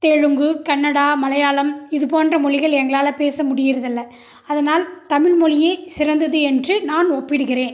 தெலுங்கு கன்னடா மலையாளம் இது போன்ற மொழிகள் எங்களால் பேச முடியறதில்லை அதனால் தமிழ்மொழியே சிறந்தது என்று நான் ஒப்பிடுகிறேன்